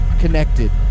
connected